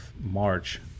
March